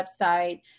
website